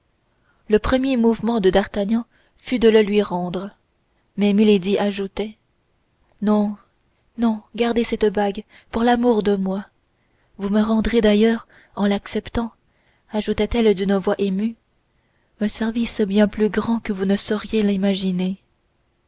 le premier mouvement de d'artagnan fut de le lui rendre mais milady ajouta non non gardez cette bague pour l'amour de moi vous me rendez d'ailleurs en l'acceptant ajouta-t-elle d'une voix émue un service bien plus grand que vous ne sauriez l'imaginer